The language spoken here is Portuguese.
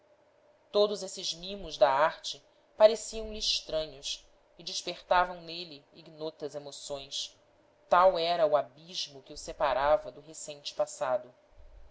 todos esses mimos da arte pareciam-lhe estranhos e despertavam nele ignotas emoções tal era o abismo que o separava do recente passado